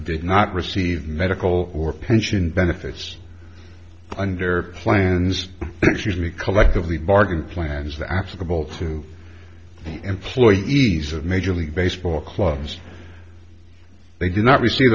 did not receive medical or pension benefits under plans excuse me collectively bargain plans that affable to employ the ease of major league baseball clubs they do not receive